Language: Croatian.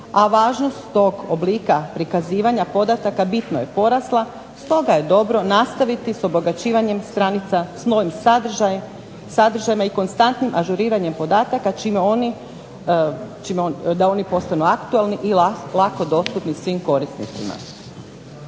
a važnost tog oblika prikazivanja podataka bitno je porasla. Stoga je dobro nastaviti sa obogaćivanjem stranica sa novim sadržajima i konstantnim ažuriranjem podataka čime oni, da oni postanu aktualni i lako dostupni svim korisnicima.